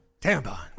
tampon